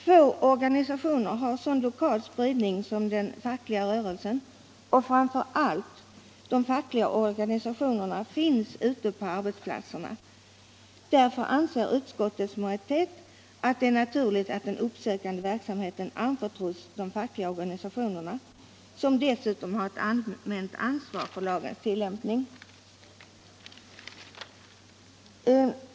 Få organisationer har en sådan lokal spridning som den fackliga rörelsen och, framför allt, de fackliga organisationerna finns ute på arbetsplatserna. Därför anser utskottets majoritet att det är naturligt att den uppsökande verksamheten anförtros de fackliga organisationerna, som dessutom har ett allmänt ansvar för lagens tillämpning.